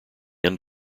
end